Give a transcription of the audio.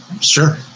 Sure